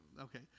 okay